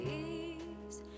ease